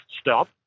stop